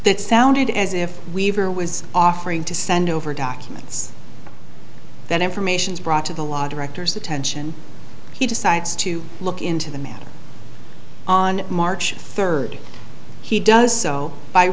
that sounded as if weaver was offering to send over documents that information's brought to the law director's attention he decides to look into the matter on march third he does so by